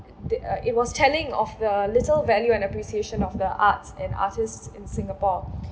d~ uh it was telling of the little value and appreciation of the arts and artists in singapore